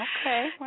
Okay